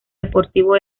deportivo